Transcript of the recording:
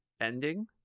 ending